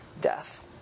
death